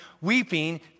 weeping